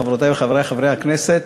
חברותי וחברי חברי הכנסת,